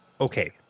Okay